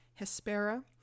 Hespera